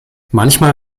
manchmal